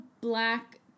black